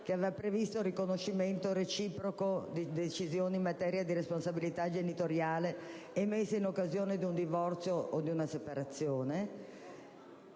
che aveva previsto il riconoscimento reciproco di certe decisioni in materia di responsabilità genitoriale emesse in occasione di un divorzio o di una separazione